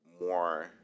more